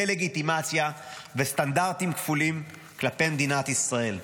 דה-לגיטימציה וסטנדרטים כפולים כלפי מדינת ישראל.